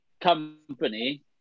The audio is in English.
company